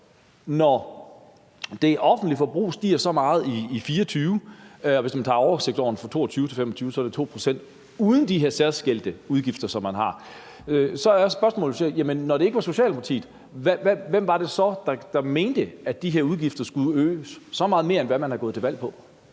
når det offentlige forbrug i 2024 stiger så meget – hvis man tager oversigtsårene fra 2022 til 2025, er det 2 pct., uden de særskilte udgifter, som man har – og det ikke var Socialdemokratiet, der mente, at de her udgifter skulle øges så meget mere, end hvad man var gået til valg på,